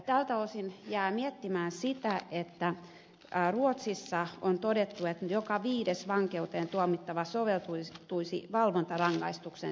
tältä osin jää miettimään sitä että ruotsissa on todettu että joka viides vankeuteen tuomittava soveltuisi valvontarangaistuksen suorittajaksi